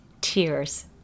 tears